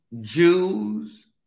Jews